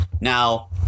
Now